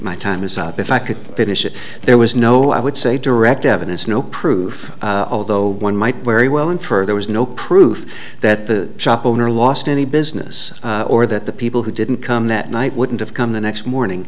my time is up if i could finish it there was no i would say direct evidence no proof although one might very well infer that was no proof that the shop owner lost any business or that the people who didn't come that night wouldn't have come the next morning